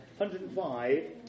105